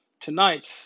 tonight